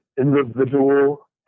individual